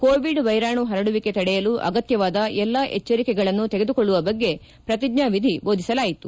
Covid ವೈರಾಣು ಪರಡುವಿಕೆ ತಡೆಯಲು ಆಗತ್ತವಾದ ಎಲ್ಲಾ ಎಚ್ವರಿಕೆಗಳನ್ನು ತೆಗೆದುಕೊಳ್ಳುವ ಬಗ್ಗೆ ಪ್ರಕಿಜ್ಞಾ ವಿಧಿ ಬೋಧಿಸಲಾಯಿತು